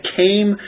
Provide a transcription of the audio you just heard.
came